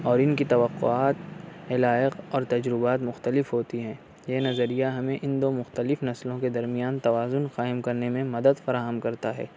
اور اِن کی توقعات علائق اور تجربات مختلف ہوتی ہیں یہ نظریہ ہمیں اِن دو مختلف نسلوں کے درمیان توازُن قائم کرنے میں مدد فراہم کرتا ہے